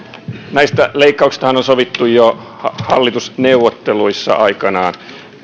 näistä leikkauksistahan on sovittu jo hallitusneuvotteluissa aikanaan